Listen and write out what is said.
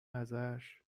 ازش